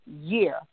year